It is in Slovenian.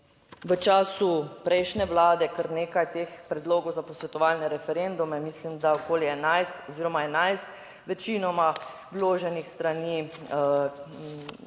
v času prejšnje vlade kar nekaj teh predlogov za posvetovalne referendume, mislim, da okoli 11 oziroma 11, večinoma vloženih s strani